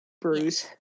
bruise